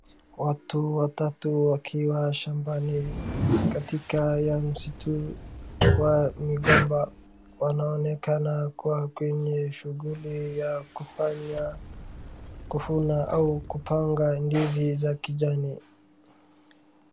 Watu watatu wakiwa shambani katika ya msitu wa migomba, wanaonekana kuwa kwenye shughuli ya kufanya kuvuna au kupanga ndizi za kijani.